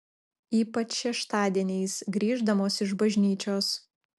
ypač šeštadieniais grįždamos iš bažnyčios